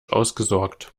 ausgesorgt